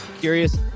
curious